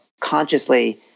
consciously